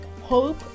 hope